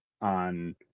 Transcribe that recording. on